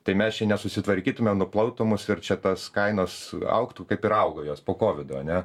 tai mes čia nesusitvarkytumėm nuplautų mus ir čia tas kainos augtų kaip ir augo jos po kovido ane